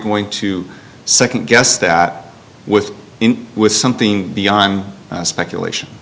going to second guess that with with something beyond speculation